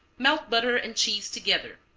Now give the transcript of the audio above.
melt butter and cheese together,